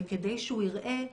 וכדי שהוא יראה,